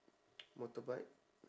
motorbike